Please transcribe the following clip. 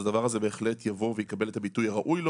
אז הדבר הזה בהחלט יבוא ויקבל את הביטוי הראוי לו